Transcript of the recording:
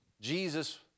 Jesus